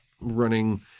running